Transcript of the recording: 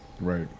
right